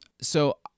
so-